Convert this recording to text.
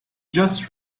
just